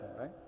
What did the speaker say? right